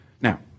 Now